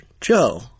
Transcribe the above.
Joe